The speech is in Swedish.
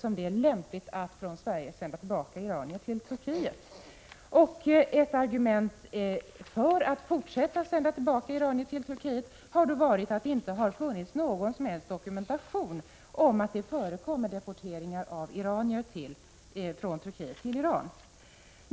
som gällt lämpligheten av att från Sverige sända tillbaka iranier till Turkiet. Ett argument för att fortsätta härmed har varit att det inte har funnits någon som helst dokumentation om att det förekommer deportering av iranier från Turkiet till Iran.